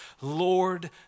Lord